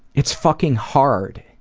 it's fucking hard.